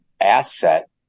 asset